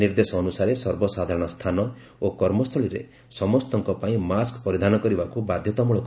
ନିର୍ଦ୍ଦେଶ ଅନ୍ଦସାରେ ସର୍ବସାଧାରଣ ସ୍ଥାନ ଓ କର୍ମସ୍ଥଳୀରେ ସମସ୍ତଙ୍କ ପାଇଁ ମାସ୍କ୍ ପରିଧାନ କରିବାକୁ ବାଧ୍ୟତାମୂଳକ କରାଯାଇଛି